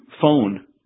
phone